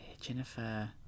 Jennifer